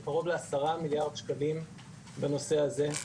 של קרוב ל-10,000,000,000 שקלים בנושא הזה,